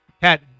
Pat